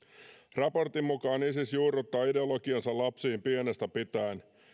raportin mukaan isis juurruttaa ideologiaansa lapsiin pienestä pitäen